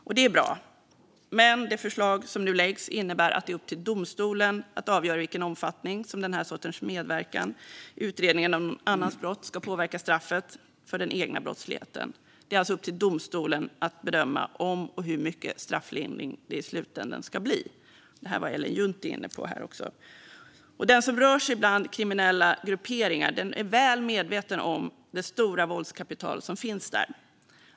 Detta är bra, men det förslag som nu läggs fram innebär att det är upp till domstolen att avgöra i vilken omfattning som den här sortens medverkan i utredningen av någon annans brott ska påverka straffet för den egna brottsligheten. Det är alltså upp till domstolen att bedöma om det ska bli strafflindring och hur mycket strafflindring det i slutänden ska bli, som Ellen Juntti var inne på. Den som rör sig bland kriminella grupperingar är väl medveten om det stora våldskapital som finns där.